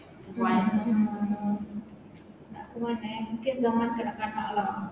mm nak ke mana eh mungkin zaman kanak-kanak lah